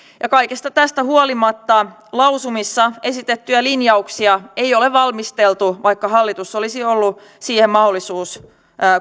ja kaikesta tästä huolimatta lausumissa esitettyjä linjauksia ei ole valmisteltu vaikka hallituksella olisi ollut siihen mahdollisuus